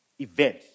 Event